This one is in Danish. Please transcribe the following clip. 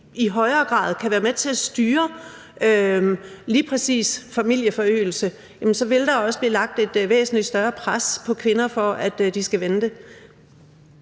i højere grad kan være med til at styre lige præcis familieforøgelse, vil der også blive lagt et væsentligt større pres på kvinder for, at de skal vente.